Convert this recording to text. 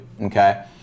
okay